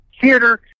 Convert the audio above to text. theater